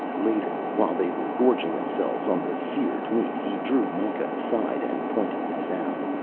later, while they were gorging themselves on the seared meat, he drew mikah aside and pointed this out.